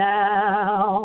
now